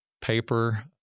paper